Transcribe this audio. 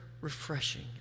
refreshing